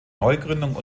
neugründung